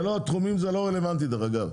התחומים זה לא רלוונטי דרך אגב.